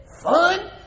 fun